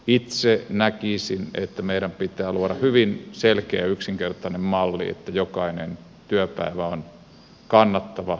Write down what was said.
itse näkisin että meidän pitää luoda hyvin selkeä yksinkertainen malli että jokainen työpäivä on kannattava